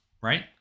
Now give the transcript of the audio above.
right